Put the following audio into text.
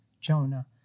Jonah